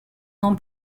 own